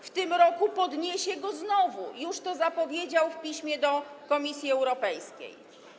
W tym roku podniesie go znowu, już to zapowiedział w piśmie do Komisji Europejskiej.